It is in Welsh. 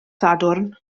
sadwrn